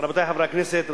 ועדת המדע.